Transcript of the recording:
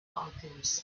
alchemist